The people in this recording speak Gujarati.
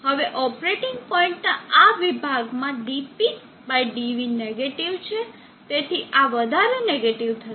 હવે ઓપરેટર પોઇન્ટના આ વિભાગમાં dpdv નેગેટીવ છે તેથી આ વધારે નેગેટીવ થશે